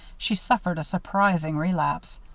she suffered a surprising relapse.